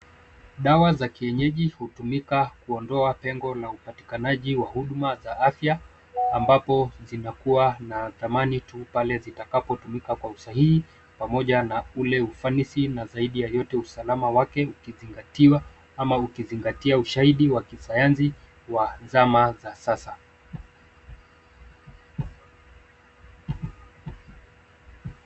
Dawa za kienyeji hutumika kuondoa pengo la upatikanaji wa huduma za afya, ambapo zinakuwa na dhamani tu pale zitakapotumika kwa usahihi, pamoja na ule ufanisi, na zaidi ya yote usalama wake ukizingatiwa , ama ukizingatia ushaihidi wa Kisayansi wa zama za sasa.